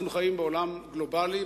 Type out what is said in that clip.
אנחנו חיים בעולם גלובלי,